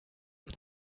und